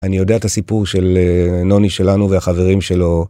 אני יודע את הסיפור של נוני שלנו והחברים שלו.